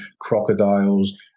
crocodiles